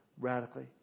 radically